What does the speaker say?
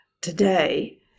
today